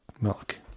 milk